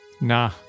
Nah